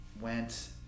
Went